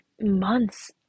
months